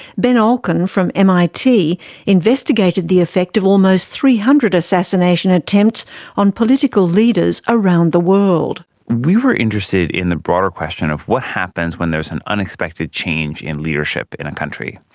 ben olken from mit investigated the effect of almost three hundred assassination attempts on political leaders around the world. we were interested in the broader question of what happens when there is an unexpected change in leadership in a country,